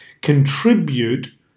contribute